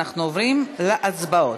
אנחנו עוברים להצבעות,